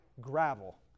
gravel